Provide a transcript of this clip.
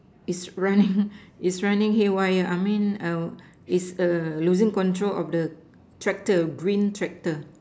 is running is running haywire I mean is losing control of the tractor green tractor